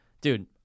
Dude